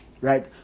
Right